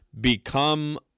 become